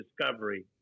discovery